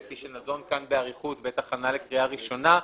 וכפי שנדון כאן באריכות בעת הכנה לקריאה ראשונה,